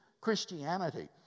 Christianity